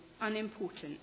unimportant